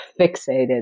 fixated